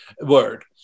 Word